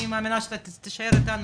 אני מאמינה שאתה תישאר איתנו,